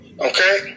okay